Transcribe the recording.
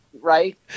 Right